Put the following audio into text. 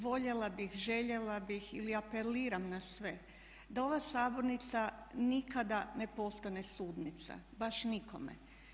Voljela bih, željela bih ili apeliram na sve da ova sabornica nikada ne postane sudnica baš nikome.